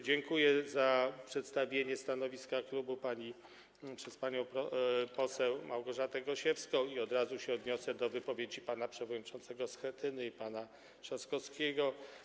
Dziękuję za przedstawienie stanowiska klubu przez panią poseł Małgorzatę Gosiewską i od razu odniosę się do wypowiedzi pana przewodniczącego Schetyny i pana Trzaskowskiego.